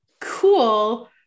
cool